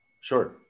Sure